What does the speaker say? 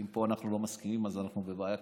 אם פה אנחנו לא מסכימים אז אנחנו בבעיה קשה,